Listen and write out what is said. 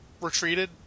retreated